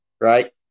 right